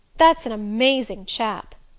that's an amazing chap,